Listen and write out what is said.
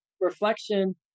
Reflection